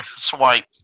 swipe